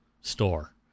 store